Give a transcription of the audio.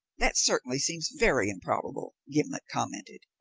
that certainly seems very improbable, gimblet commented.